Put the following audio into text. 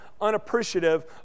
unappreciative